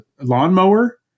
lawnmower